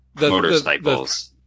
motorcycles